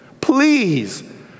please